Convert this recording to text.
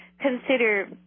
Consider